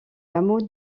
hameau